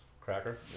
cracker